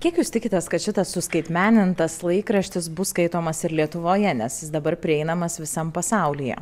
kiek jūs tikitės kad šitas suskaitmenintas laikraštis bus skaitomas ir lietuvoje nes jis dabar prieinamas visam pasaulyje